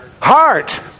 Heart